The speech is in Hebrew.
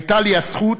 הייתה לי הזכות